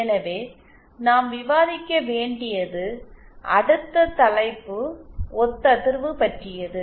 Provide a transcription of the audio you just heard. எனவே நாம் விவாதிக்க வேண்டியது அடுத்த தலைப்பு ஒத்ததிர்வு பற்றியது